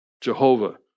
Jehovah